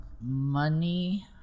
money